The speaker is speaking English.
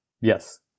Yes